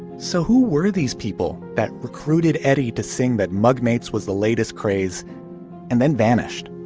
so who were these people that recruited eddie to sing that magnate's was the latest craze and then vanished?